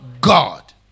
God